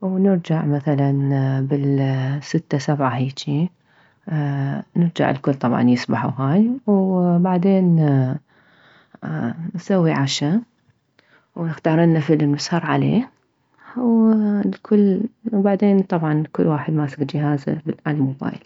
ونرجع مثلا بالستة سبعة هيجي نرجع الكل طبعا يسبح وهاي بعدين نسوي عشا ونختارلنه فلم نسهر عليه والكل وبعدين طبعا الكل ماسك جهازه عالموبايل